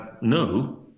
No